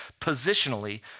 Positionally